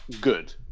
good